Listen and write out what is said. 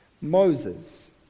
Moses